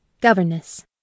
Governess